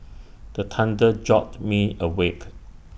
the thunder jolt me awake